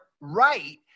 right